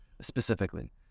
specifically